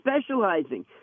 specializing